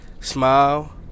smile